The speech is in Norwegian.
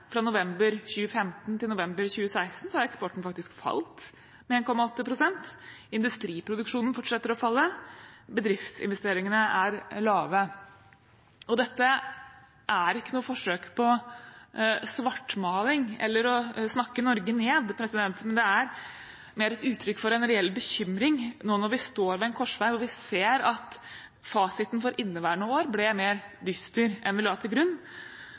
fra november 2015 til november 2016, har eksporten faktisk falt med 1,8 pst. Industriproduksjonen fortsetter å falle, og bedriftsinvesteringene er lave. Dette er ikke noe forsøk på svartmaling eller å snakke Norge ned. Det er mer et uttrykk for en reell bekymring nå når vi står ved en korsvei og vi ser at fasiten for inneværende år ble mer dyster enn vi la til grunn,